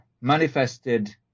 manifested